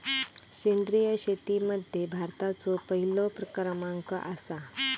सेंद्रिय शेतीमध्ये भारताचो पहिलो क्रमांक आसा